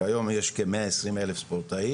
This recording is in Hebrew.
כיום יש כמאה עשרים אלף ספורטאים,